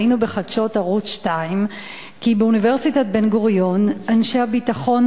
ראינו בחדשות ערוץ-2 כי באוניברסיטת בן-גוריון אנשי הביטחון